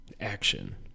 action